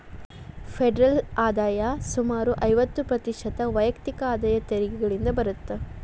federal ಆದಾಯ ಸುಮಾರು ಐವತ್ತ ಪ್ರತಿಶತ ವೈಯಕ್ತಿಕ ಆದಾಯ ತೆರಿಗೆಗಳಿಂದ ಬರತ್ತ